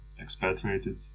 expatriated